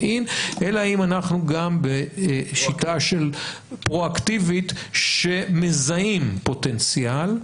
אלא האם אנחנו גם בשיטה פרואקטיבית כשמזהים פוטנציאל,